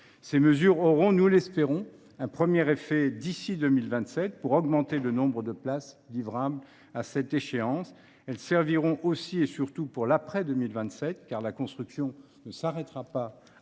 Ces mesures auront, nous l’espérons, un premier effet d’ici à 2027 sur l’augmentation du nombre de places livrables à cette échéance. Elles serviront aussi, et surtout, après cette date, car la construction ne s’arrêtera pas là.